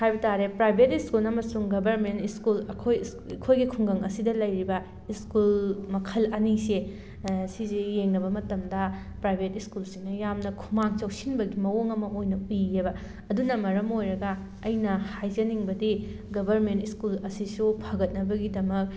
ꯍꯥꯏꯕ ꯇꯥꯔꯦ private school ꯑꯃꯁꯨꯡ ꯒꯕꯔꯃꯦꯟ ꯁ꯭ꯀꯨꯜ ꯑꯩꯈꯣꯏ ꯑꯩꯈꯣꯏꯒꯤ ꯈꯨꯡꯒꯪ ꯑꯁꯤꯗ ꯂꯩꯔꯤꯕ ꯁ꯭ꯀꯨꯜ ꯃꯈꯜ ꯑꯅꯤꯁꯦ ꯁꯤꯁꯦ ꯌꯦꯡꯅꯕ ꯃꯇꯝꯗ ꯄ꯭ꯔꯥꯏꯕꯦꯠ ꯁ꯭ꯀꯨꯜꯁꯤꯅ ꯌꯥꯝꯅ ꯈꯨꯃꯥꯡ ꯆꯥꯎꯁꯤꯟꯕꯒꯤ ꯃꯑꯣꯡ ꯑꯃ ꯑꯣꯏꯅ ꯎꯏꯌꯦꯕ ꯑꯗꯨꯅ ꯃꯔꯝ ꯑꯣꯏꯔꯒ ꯑꯩꯅ ꯍꯥꯏꯖꯅꯤꯡꯕꯗꯤ ꯒꯕꯔꯃꯦꯟ ꯁ꯭ꯀꯨꯜ ꯑꯁꯤꯁꯨ ꯐꯒꯠꯅꯕꯒꯤꯗꯃꯛ